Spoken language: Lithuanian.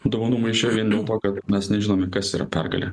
dovanų maiše vien dėl to kad mes nežinome kas yra pergalė